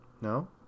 No